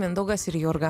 mindaugas ir jurga